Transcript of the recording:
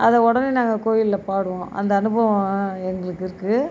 அதை உடனே நாங்கள் கோயிலில் பாடுவோம் அந்த அனுபவம் எங்களுக்கு இருக்குது